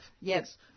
Yes